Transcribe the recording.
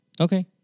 Okay